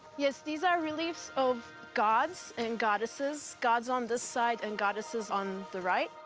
yes, these are reliefs of gods and goddesses gods on this side and goddesses on the right.